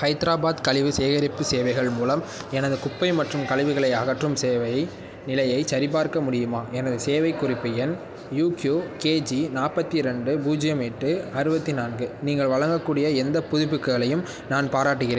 ஹைதராபாத் கழிவு சேகரிப்பு சேவைகள் மூலம் எனது குப்பை மற்றும் கழிவுகளை அகற்றும் சேவை நிலையைச் சரிபார்க்க முடியுமா எனது சேவை குறிப்பு எண் யுகியூகேஜி நாற்பத்தி ரெண்டு பூஜ்யம் எட்டு அறுபத்தி நான்கு நீங்கள் வழங்கக்கூடிய எந்த புதுப்புகளையும் நான் பாராட்டுகிறேன்